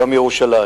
יום ירושלים,